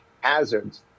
hazards